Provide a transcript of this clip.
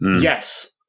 yes